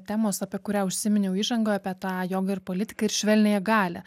temos apie kurią užsiminiau įžangoje apie tą jogą ir politiką ir švelniąją galią